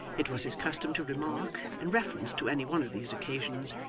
it was his custom to remark, in reference to any one of these occasions,